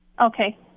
Okay